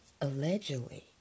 Allegedly